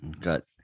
Got